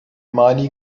mali